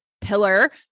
pillar